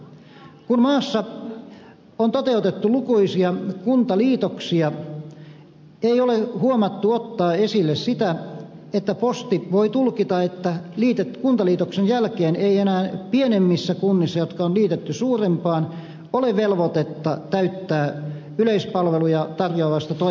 kun maassa on toteutettu lukuisia kuntaliitoksia ei ole huomattu ottaa esille sitä että posti voi tulkita että kuntaliitoksen jälkeen ei enää pienemmissä kunnissa jotka on liitetty suurempaan ole velvoitetta pitää yleispalveluja tarjoavaa toimipistettä